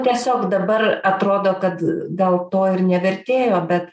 tiesiog dabar atrodo kad gal to ir nevertėjo bet